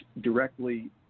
directly